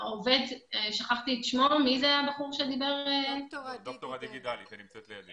עם דוקטור עדי גידלי.